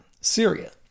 Syria